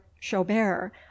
chaubert